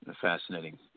fascinating